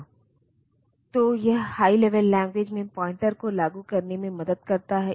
इसलिए यह assembler compiler की तरह प्रोग्राम करता है यह हाई लेवल लैंग्वेज को मशीन लैंग्वेज में अनुवाद करता है